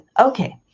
Okay